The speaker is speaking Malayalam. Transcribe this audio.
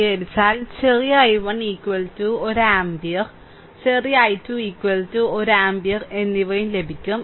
പരിഹരിച്ചാൽ ചെറിയ I1 ഒരു ആമ്പിയർ ചെറിയ I2 1 ആമ്പിയർ എന്നിവയും ലഭിക്കും